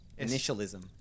initialism